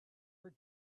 her